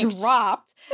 dropped